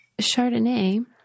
Chardonnay